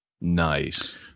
Nice